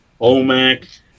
OMAC